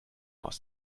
aus